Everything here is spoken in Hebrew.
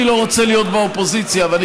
אני לא רוצה להיות באופוזיציה אבל אני